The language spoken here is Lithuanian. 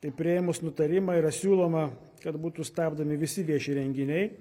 tai priėmus nutarimą yra siūloma kad būtų stabdomi visi vieši renginiai